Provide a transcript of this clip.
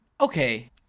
Okay